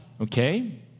okay